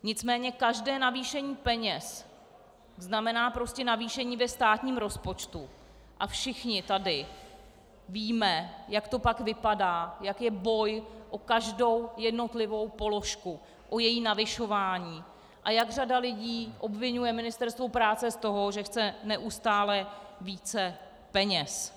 Nicméně každé navýšení peněz znamená prostě navýšení ve státním rozpočtu a všichni tady víme, jak to pak vypadá, jak je boj o každou jednotlivou položku, o její navyšování, a jak řada lidí obviňuje Ministerstvo práce z toho, že chce neustále více peněz.